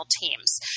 teams